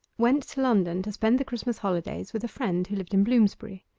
went to london to spend the christmas holidays with a friend who lived in bloomsbury.